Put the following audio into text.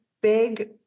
big